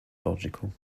logical